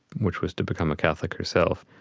which was to become a catholic herself.